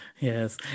Yes